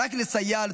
רק לסייע,